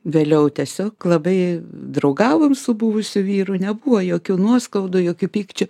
vėliau tiesiog labai draugavom su buvusiu vyru nebuvo jokių nuoskaudų jokių pykčių